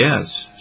yes